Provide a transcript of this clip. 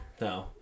no